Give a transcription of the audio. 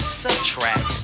subtract